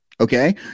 Okay